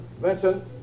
Vincent